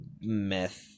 meth